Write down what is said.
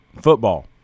football